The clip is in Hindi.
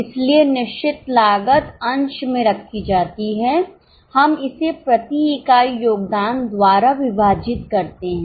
इसलिए निश्चित लागत अंश में रखी जाती है हम इसे प्रति इकाई योगदान द्वारा विभाजित करते हैं